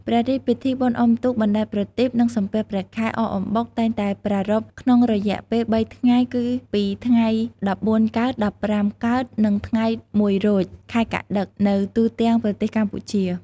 ព្រះរាជពិធីបុណ្យអ៊ំុទូក បណ្តែតប្រទីប និងសំពះព្រះខែ អកអំបុក តែងតែប្រារព្ធក្នុងរយៈពេល៣ថ្ងៃ គឺពីថ្ងៃ១៤កើត ១៥កើត និងថ្ងៃ១រោច ខែកត្តិក នៅទូទាំងប្រទេសកម្ពុជា។